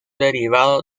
derivado